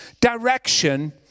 direction